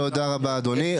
טוב, תודה רבה אדוני.